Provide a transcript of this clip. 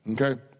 okay